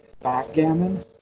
backgammon